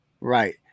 Right